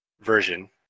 version